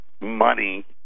Money